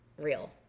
real